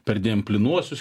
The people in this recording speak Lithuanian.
perdėm plynuosius